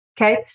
Okay